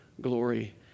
glory